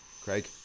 Craig